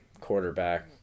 quarterback